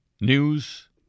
News